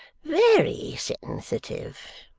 very sensitive